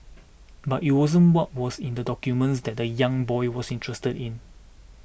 but it wasn't what was in the documents that the young boy was interested in